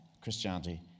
Christianity